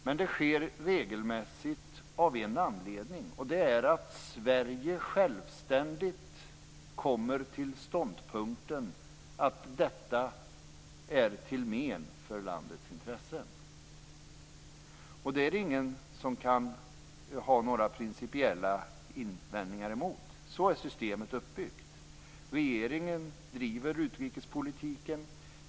Men det sker regelmässigt av en anledning, och det är att Sverige självständigt kommer till ståndpunkten att detta är till men för landets intressen. Det är det ingen som kan ha några principiella invändningar emot. Så är systemet uppbyggt. Regeringen driver utrikespolitiken.